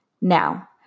Now